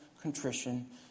contrition